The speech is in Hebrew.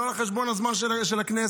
לא על חשבון הזמן של הכנסת,